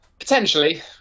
Potentially